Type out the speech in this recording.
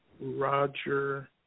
Roger